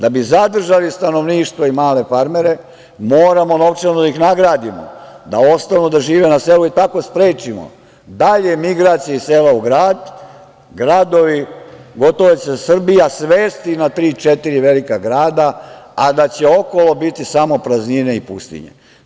Da bi zadržali stanovništvo i male farmere, moramo novčano da ih nagradimo, da ostanu da žive na selu i tako sprečimo dalje migracije iz sela u grad, gradovi, gotovo da će se Srbija svesti na tri-četiri velika grada, a da će okolo biti samo praznine i pustinje.